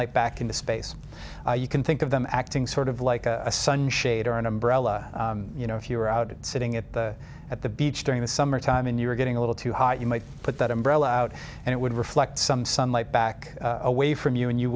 sunlight back into space you can think of them acting sort of like a sun shade or an umbrella you know if you're out sitting at the at the beach during the summertime and you're getting a little too hot you might put that umbrella out and it would reflect some sunlight back away from you and you